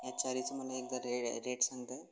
या चारीचा मला एकदा रे रेट सांगता